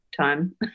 time